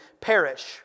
perish